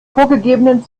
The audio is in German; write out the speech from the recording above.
vorgegebenen